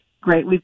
Great